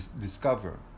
discover